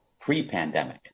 pre-pandemic